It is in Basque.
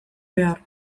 behar